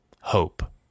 hope